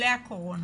לולא הקורונה.